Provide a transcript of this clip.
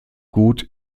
gut